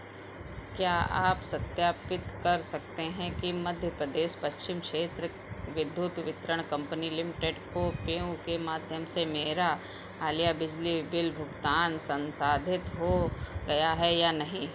क्या आप सत्यापित कर सकते हैं कि मध्यप्रदेश पश्चिम क्षेत्र विद्युत वितरण कंपनी लिमिटेड को पेयू के माध्यम से मेरा हालिया बिजली बिल भुगतान संशोधित हो गया है या नहीं